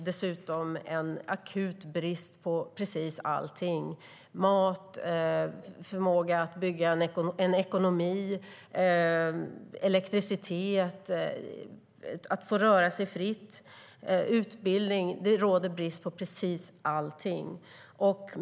Dessutom råder en akut brist på precis allting - mat, förmåga att bygga en ekonomi, elektricitet, möjlighet att röra sig fritt, utbildning.